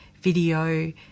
video